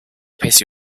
pity